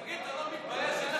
תגיד, אתה לא מתבייש?